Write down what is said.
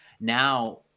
Now